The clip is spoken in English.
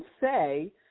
say